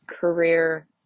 career